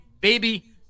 baby